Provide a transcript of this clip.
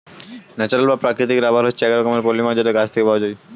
natural বা প্রাকৃতিক rubber হচ্ছে এক রকমের পলিমার যেটা গাছ থেকে পাওয়া যায়